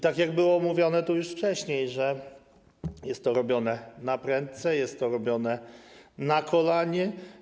Tak jak było mówione tu już wcześniej, jest to robione naprędce, jest to robione na kolanie.